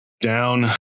down